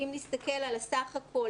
אם נסתכל על הסך הכול.